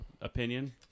opinion